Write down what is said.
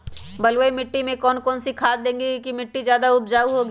बलुई मिट्टी में कौन कौन से खाद देगें की मिट्टी ज्यादा उपजाऊ होगी?